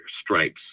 stripes